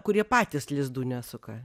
kurie patys lizdų nesuka